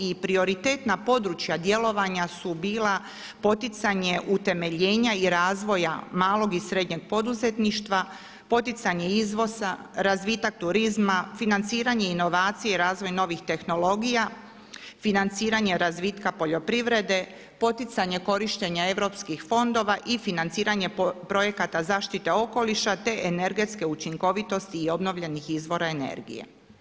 I prioritetna područja djelovanja su bila poticanje utemeljenja i razvoja malog i srednjeg poduzetništva, poticanje izvoza, razvitak turizma, financiranje inovacije i razvoj novih tehnologija, financiranje razvitka poljoprivrede, poticanje korištenja europskih fondova i financiranje projekata zaštite okoliša te energetske učinkovitosti i obnovljenih izvora energije.